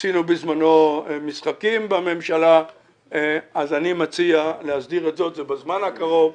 עשינו בזמנו משחקים בממשלה ואני מציע להסדיר את זה ובזמן הקרוב.